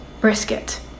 brisket